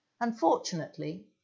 Unfortunately